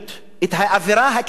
האווירה הקיצונית,